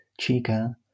chica